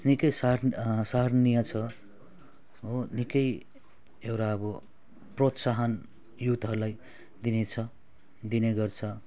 निकै सार सराहनीय छ हो निकै एउटा अब प्रोत्साहन युथहरूलाई दिने छ दिने गर्छ